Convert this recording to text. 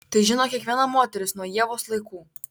tai žino kiekviena moteris nuo ievos laikų